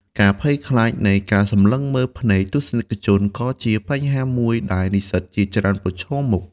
ការភ័យខ្លាចនៃការសម្លឹងមើលភ្នែកទស្សនិកជនក៏ជាបញ្ហាមួយដែលនិស្សិតជាច្រើនប្រឈមមុខ។